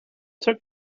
took